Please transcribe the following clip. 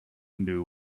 knew